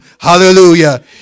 hallelujah